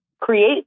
create